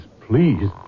please